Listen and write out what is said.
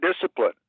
discipline